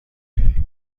این